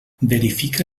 verifica